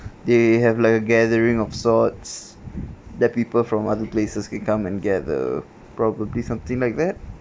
they have like a gathering of sorts that people from other places can come and gather probably something like that